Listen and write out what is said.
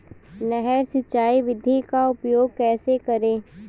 नहर सिंचाई विधि का उपयोग कैसे करें?